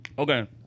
Okay